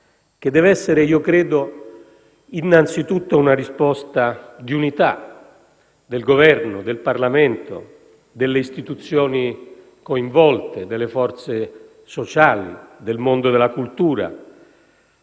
che deve essere, io credo, innanzitutto una risposta di unità del Governo, del Parlamento, delle istituzioni coinvolte, delle forze sociali e del mondo della cultura.